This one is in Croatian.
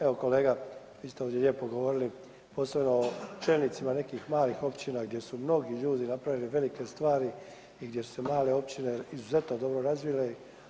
Evo kolega vi ste ovdje lijepo govorili posebno o čelnicima nekih malih općina gdje su mnogi ljudi napravili velike stvari i gdje su se male općine izuzetno dobro razvile.